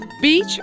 Beach